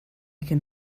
can